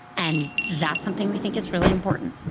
and that's something we think is really important.